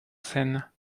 seine